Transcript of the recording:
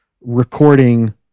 recording